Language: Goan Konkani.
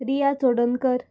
रिया चोडणकर